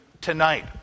tonight